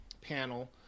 panel